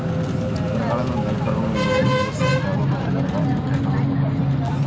ಬರಗಾಲದಿಂದ ದನಕರುಗಳು ಮೇವು ಇಲ್ಲದ ಸಾಯಿತಾವ ಮತ್ತ ಬರಗಾಲದಿಂದ ಕೆಟ್ಟ ರೋಗ ಬರ್ತೈತಿ